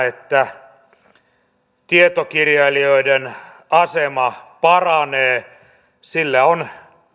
että tietokirjailijoiden asema paranee on